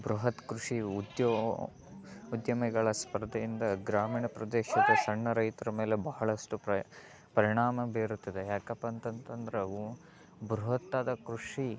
ಬೃಹತ್ ಕೃಷಿಯು ಉದ್ಯೋಗ ಉದ್ಯಮಿಗಳ ಸ್ಪರ್ಧೆಯಿಂದ ಗ್ರಾಮೀಣ ಪ್ರದೇಶದ ಸಣ್ಣ ರೈತ್ರ ಮೇಲೆ ಬಹಳಷ್ಟು ಪರಿಣಾಮ ಬೀರುತ್ತದೆ ಯಾಕಪ್ಪ ಅಂತಂತಂದರೆ ಅವು ಬೃಹತ್ತಾದ ಕೃಷಿ